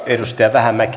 edustaja vähämäki